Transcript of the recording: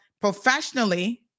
professionally